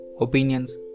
opinions